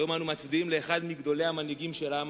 היום אנו מצדיעים לאחד מגדולי המנהיגים של העם